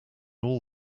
all